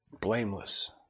blameless